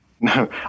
No